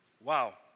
Wow